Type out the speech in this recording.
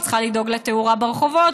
היא צריכה לדאוג לתאורה ברחובות,